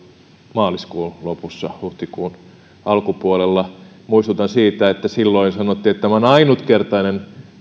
maaliskuun lopussa huhtikuun alkupuolella muistutan siitä että silloin sanottiin että tämä satovahinkokompensaatio on ainutkertainen